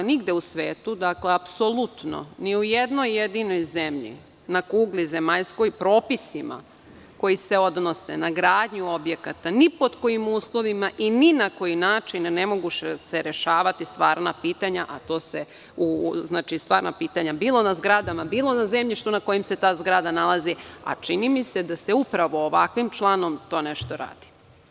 Naime, nigde u svetu, apsolutno, ni u jednoj jedinoj zemlji na kugli zemaljskoj, propisima koji se odnose na gradnju objekata ni pod kojim uslovima i ni na koji način ne mogu se rešavati stvarna pitanja, bilo na zgradama, bilo na zemljištu na kojem se ta zgrada nalazi, a čini mi se da se upravo ovakvim članom to nešto radi.